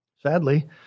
Sadly